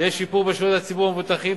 ויהיה שיפור בשירות לציבור המבוטחים,